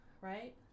right